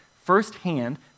firsthand